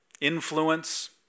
influence